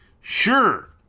sure